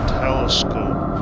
telescope